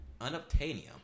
Unobtainium